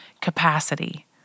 capacity